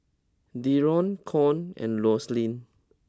Darron Con and Roselyn